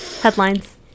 headlines